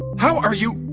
how are you?